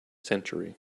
century